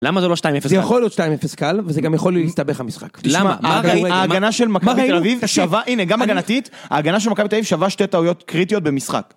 למה זה לא 2.0? זה יכול להיות 2.0, וזה גם יכול להסתבך המשחק. תשמע, ההגנה של מכבי תל אביב שווה שתי טעויות קריטיות במשחק.